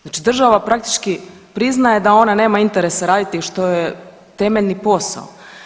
Znači država praktički priznaje da ona nema interes raditi što joj je temeljni posao.